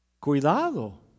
Cuidado